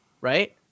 right